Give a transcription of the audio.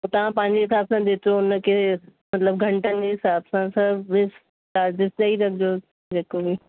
तव्हां पंहिंजे हिसाब सां जेतिरो हुनखे घंटनि जे हिसाब सां सर्विस चार्ज़िस ॾई रखजोस जेको बि